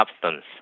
substance